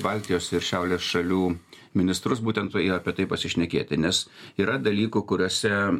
baltijos ir šiaurės šalių ministrus būtent apie tai pasišnekėti nes yra dalykų kuriuose